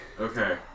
Okay